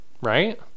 right